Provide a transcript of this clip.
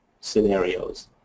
scenarios